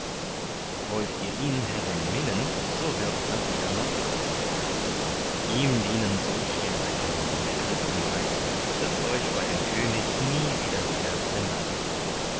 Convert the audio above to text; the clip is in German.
wollt ihr ihn herrin minnen so wird dawider noch rat ihm dienen so viel recken in der christenheit daß euch bei dem könig nie widerfährt ein leid